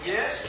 Yes